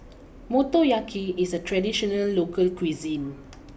Motoyaki is a traditional local cuisine